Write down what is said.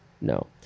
no